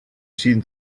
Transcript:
seen